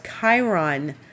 Chiron